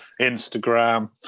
Instagram